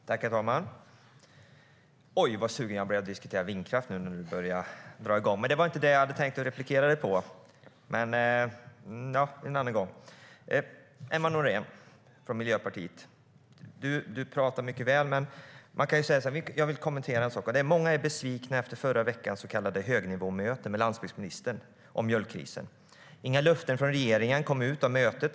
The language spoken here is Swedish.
STYLEREF Kantrubrik \* MERGEFORMAT LandsbygdspolitikEmma Nohrén från Miljöpartiet! Du talar mycket väl, men jag vill kommentera en sak. Många är besvikna efter förra veckans så kallade högnivåmöte med landsbygdsministern om mjölkkrisen. Inga löften från regeringen kom ut av mötet.